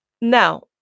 Now